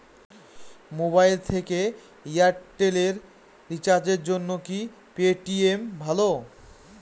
Mobile থেকে Airtel এ রিচার্জের জন্য কি পেটিএম ভালো?